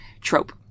trope